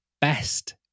best